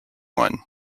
one